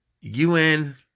UN